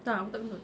tak aku tak kentut